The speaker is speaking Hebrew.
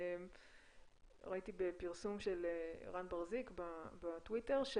ראיתי בפרסום של רן בר-זיק בטוויטר,